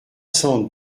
cents